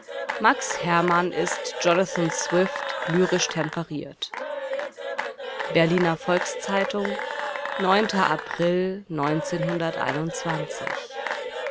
max herrmann ist jonathan swift lyrisch temperiert berliner volks-zeitung april